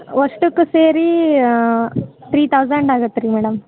ಅವಷ್ಟಕ್ಕೂ ಸೇರಿ three thousand ಆಗತ್ತೆ ರೀ ಮೇಡಮ್